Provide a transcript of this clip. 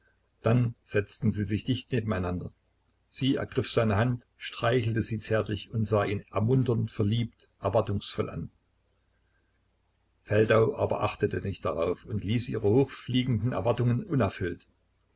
dann setzten sie sich dicht nebeneinander sie ergriff seine hand streichelte sie zärtlich und sah ihn ermunternd verliebt erwartungsvoll an feldau aber achtete nicht darauf und ließ ihre hochfiegenden erwartungen unerfüllt